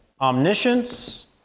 omniscience